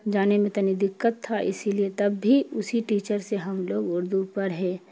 جانے میں تنی دقت تھا اسی لیے تب بھی اسی ٹیچر سے ہم لوگ اردو پڑھے